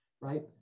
right